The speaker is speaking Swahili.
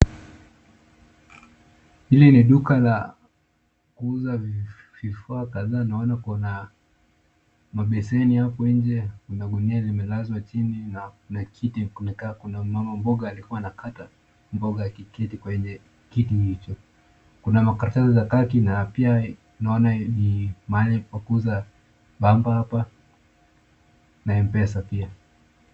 Hile ni duka la kuuza vifaa kadhaa naona kuna mabeseni hapo nje, kuna gunia limelazwa chini na kuna kiti kimekaa kuna mama mboga alikuwa anakata mboga akiketi kwenye kiti hicho. Kuna makaratasi za kaki na pia naona ni mahali pa kuuza bamba hapa na M-Pesa pia.